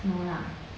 no lah